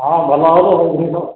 ହଁ ଭଲ ହେବ ଇଏ ତ